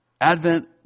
Advent